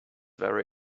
very